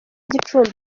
gicumbi